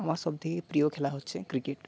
আমার সবথেকে প্রিয় খেলা হচ্ছে ক্রিকেট